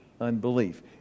unbelief